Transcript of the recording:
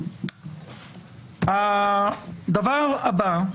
הדבר הבא.